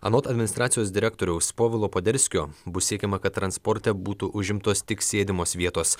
anot administracijos direktoriaus povilo poderskio bus siekiama kad transporte būtų užimtos tik sėdimos vietos